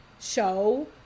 show